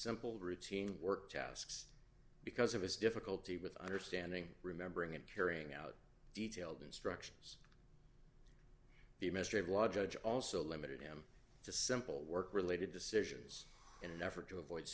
simple routine work tasks because of his difficulty with understanding remembering and carrying out detailed instructions the ministry of law judge also limited him to simple work related decisions in an effort to avoid